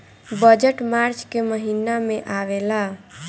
budget March के महिना में आवेला